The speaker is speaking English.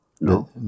No